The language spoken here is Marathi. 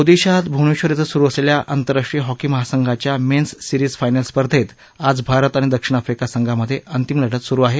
ओदिशात भुवनेश्वर श्विं सुरु असलेल्या आंतरराष्ट्रीय हॉकी महासंघाच्या मेन्स सिरीज फायनल्स स्पर्धेत आज भारत आणि दक्षिण आफ्रिका संघामध्ये अंतिम लढत सुरु आहे